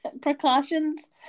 Precautions